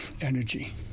energy